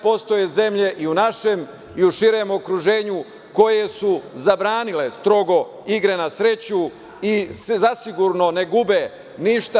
Postoje zemlje i u našem i u širem okruženju koje su zabranile strogo igre na sreću i zasigurno ne gube ništa.